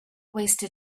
wasted